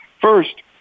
First